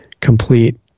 complete